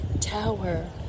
Tower